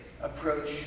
approach